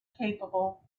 capable